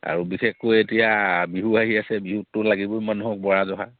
আৰু বিশেষকৈ এতিয়া বিহু আহি আছে বিহুততো লাগিবই মানুহক বৰা জহা